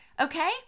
Okay